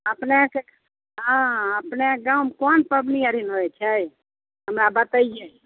अपनेक हाँ अपनेक गाममे कोन पबनी आर होइत छै हमरा बतैयै